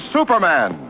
Superman